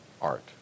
art